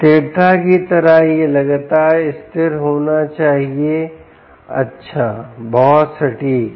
स्थिरता की तरह यह लगातार स्थिर होना चाहिए अच्छा बहुत सटीक